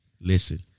listen